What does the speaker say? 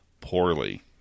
poorly